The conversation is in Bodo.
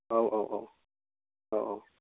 औ औ औ औ औ